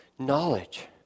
knowledge